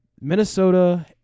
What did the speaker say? Minnesota